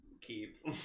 keep